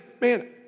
man